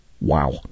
Wow